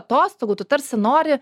atostogų tu tarsi nori